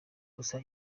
gusa